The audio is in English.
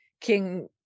King